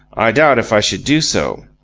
i doubt if i should do so.